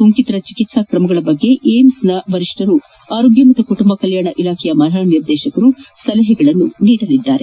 ರೋಗಿಗಳ ಚಿಕಿತ್ಸೆ ಕ್ರಮಗಳ ಕುರಿತಂತೆ ಏಮ್ಸ್ ಸಂಸ್ಹೆಯ ವರಿಷ್ಣರು ಆರೋಗ್ಲ ಮತ್ತು ಕುಟುಂಬ ಕಲ್ಲಾಣ ಇಲಾಖೆಯ ಮಹಾನಿರ್ದೇಶಕರು ಸಲಹೆಗಳನ್ನು ನೀಡಲಿದ್ದಾರೆ